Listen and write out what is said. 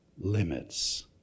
limits